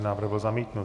Návrh byl zamítnut.